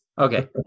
okay